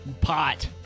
pot